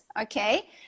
okay